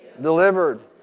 delivered